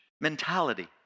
mentality